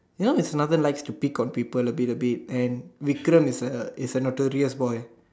you know mrs Smarden likes to pick on people a bit a bit and Wekrum is a is a notorious boy